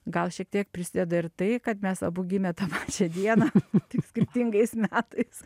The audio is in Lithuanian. gal šiek tiek prisideda ir tai kad mes abu gimę tą pačią dieną tik skirtingais metais